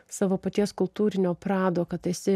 savo paties kultūrinio prado kad esi